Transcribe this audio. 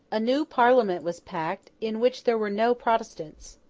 a new parliament was packed, in which there were no protestants.